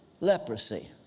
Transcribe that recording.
leprosy